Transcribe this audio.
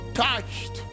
touched